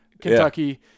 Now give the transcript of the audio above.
Kentucky